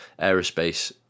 aerospace